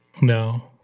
no